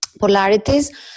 polarities